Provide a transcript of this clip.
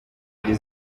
iri